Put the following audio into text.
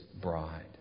bride